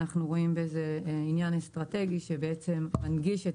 אנחנו רואים בזה עניין אסטרטגי שבעצם מנגיש את